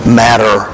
matter